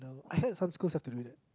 I heard some schools have to do that